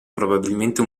probabilmente